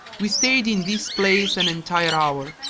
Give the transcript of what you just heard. we stayed in this place an entire hour,